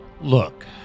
Look